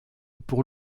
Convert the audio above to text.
pour